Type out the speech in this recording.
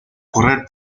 correr